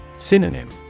Synonym